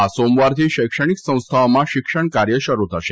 આ સોમવારથી શૈક્ષણિક સંસ્થાઓમાં શિક્ષણકાર્ય શરૂ થશે